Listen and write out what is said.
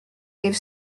est